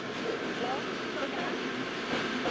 hello ᱚᱠᱚᱭ ᱠᱟᱱᱟᱢ